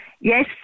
Yes